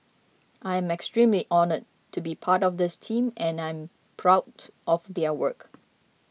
I'm extremely honoured to be part of this team and am proud of their work